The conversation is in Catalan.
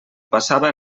passava